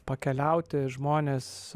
pakeliauti žmones